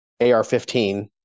AR-15